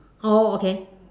oh okay